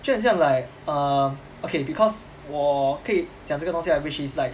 就很像 like err okay because 我可以讲这个东西 right which is like